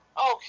okay